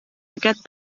aquest